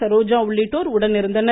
சரோஜா உள்ளிட்டோர் உடன் இருந்தனர்